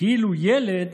כאילו ילד